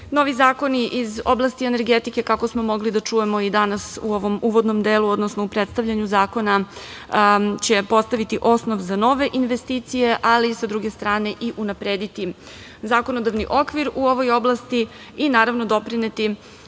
zakoni iz oblasti energetike, kako smo mogli da čujemo i danas u ovom uvodnom delu, odnosno u predstavljanju zakona će postaviti osnov za nove investicije, ali, sa druge strane i unaprediti zakonodavni okvir u ovoj oblasti i naravno doprineti